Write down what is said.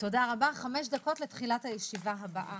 תודה רבה לכולם, הישיבה נעולה.